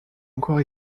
encore